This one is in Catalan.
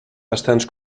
bastants